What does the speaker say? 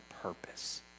purpose